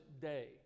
day